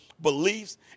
beliefs